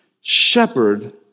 shepherd